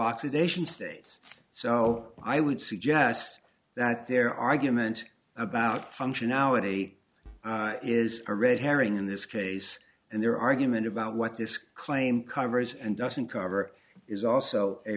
oxidation states so i would suggest that their argument about functionality is a red herring in this case and their argument about what this claim covers and doesn't cover is also a